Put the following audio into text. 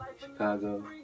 Chicago